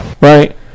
right